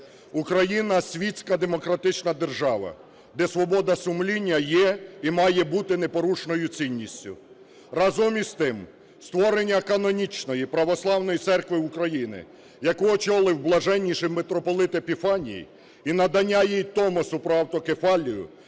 Україна – світська демократична держава, де свобода сумління є і має бути непорушною цінністю. Разом із тим, створення канонічної Православної Церкви України, яку очолив Блаженнійший митрополит Епіфаній, і надання їй Томосу про автокефалію